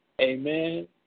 Amen